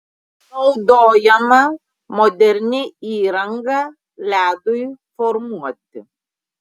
naudojama moderni įranga ledui formuoti